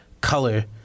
color